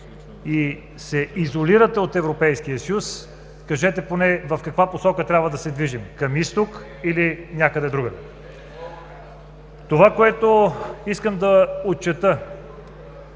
и се изолирате от Европейския съюз, кажете поне в каква посока трябва да се движим – към Изток, или някъде другаде? Това, което искам да отчета